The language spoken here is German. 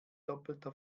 doppelter